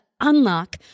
unlock